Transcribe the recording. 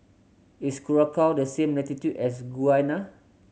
is Curacao on the same latitude as Guyana